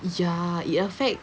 ya it affect